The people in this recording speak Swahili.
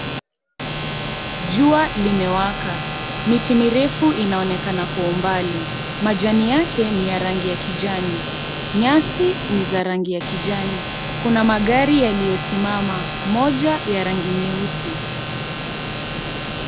Jua limewaka, miti mirefu inaonekana kwa umbali, majani yake ni ya rangi ya kijani, nyasi ni za rangi ya kijani. Kuna magari yaliyosimama, moja ya rangi nyeusi.